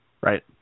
Right